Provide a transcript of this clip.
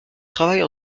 travaille